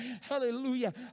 Hallelujah